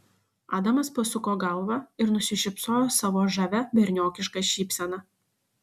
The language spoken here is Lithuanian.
adamas pasuko galvą ir nusišypsojo savo žavia berniokiška šypsena